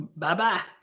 Bye-bye